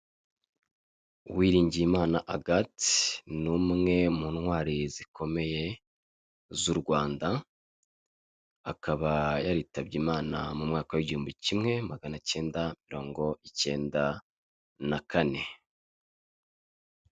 Uwiringiyimana Agathe, ni umwe mu ntwari zikomeye z'u Rwanda; akaba yaritabye Imana mu mwaka w'igihumbi kimwe magana cyenda, mirongo icyenda na kane.